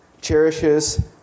cherishes